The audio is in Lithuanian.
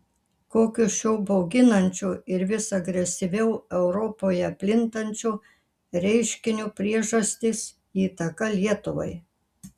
kokios šio bauginančio ir vis agresyviau europoje plintančio reiškinio priežastys įtaka lietuvai